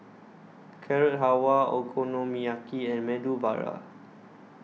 Carrot Halwa Okonomiyaki and Medu Vada